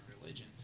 religion